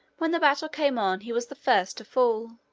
when the battle came on he was the first to fall.